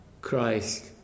Christ